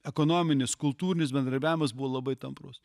ekonominis kultūrinis bendradarbiavimas buvo labai tamprus